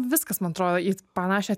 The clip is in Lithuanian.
viskas man atrodo į panašią